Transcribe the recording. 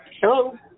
Hello